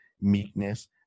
meekness